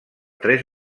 tres